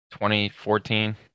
2014